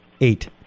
eight